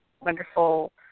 wonderful